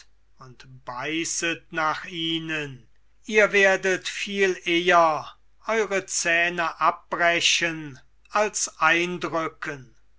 und beißet nach ihnen ihr werdet viel eher eure zähne abbrechen als eindrücken